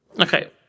Okay